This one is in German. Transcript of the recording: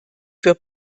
für